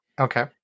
Okay